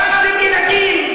הרגתם ילדים.